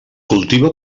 cultiva